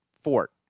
Fort